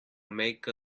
make